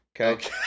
Okay